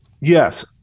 Yes